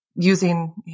using